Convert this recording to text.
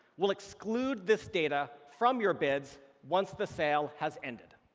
we'll exclude this data from your bids once the sale has ended.